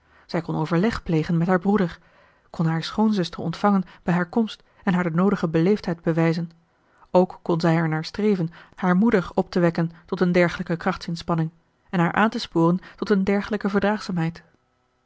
zij kon overleg plegen met haar broeder kon haar schoonzuster ontvangen bij haar komst en haar de noodige beleefdheid bewijzen ook kon zij ernaar streven haar moeder op te wekken tot een dergelijke krachtsinspanning en haar aan te sporen tot een dergelijke verdraagzaamheid